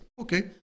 Okay